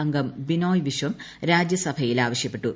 അംഗം ബിനോയ് വിശ്വം രാജ്യസഭയിൽ ആവശ്യപ്പെട്ടു